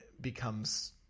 becomes